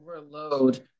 overload